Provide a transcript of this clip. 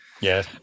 Yes